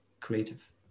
creative